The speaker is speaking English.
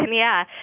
um yeah.